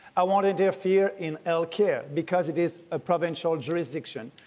i won't interfere in healthcare because it is a provincial jurisdiction.